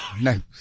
No